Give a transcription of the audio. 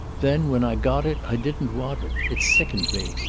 then, when i got it, i didn't want it. it sickened me.